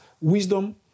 wisdom